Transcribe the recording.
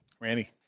Randy